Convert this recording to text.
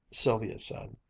sylvia said.